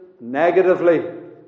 negatively